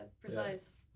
precise